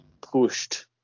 pushed